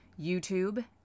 YouTube